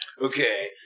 Okay